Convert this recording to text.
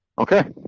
Okay